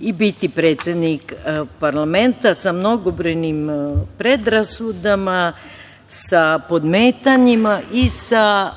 i biti predsednik parlamenta, sa mnogobrojnim predrasudama, sa podmetanjima, sa